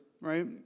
right